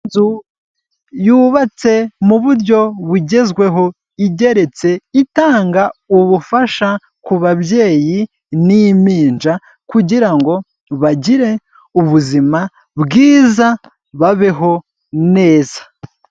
Inzu yubatse mu buryo bugezweho igeretse itanga ubufasha kubabyeyi n'impinja kugira ngo bagire ubuzima bwiza babeho neza.